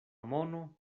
mono